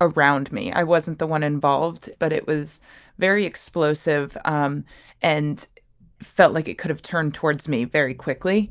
around me. i wasn't the one involved but it was very explosive um and felt like it could have turned towards me very quickly.